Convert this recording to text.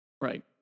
Right